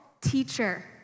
teacher